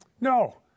No